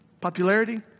Popularity